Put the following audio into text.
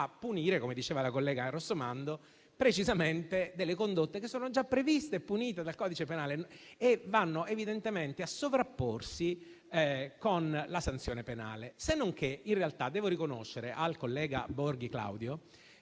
a punire - come diceva la collega Rossomando - precisamente delle condotte che sono già previste e punite dal codice penale e vanno evidentemente a sovrapporsi con la sanzione penale. Senonché, in realtà devo riconoscere al collega Claudio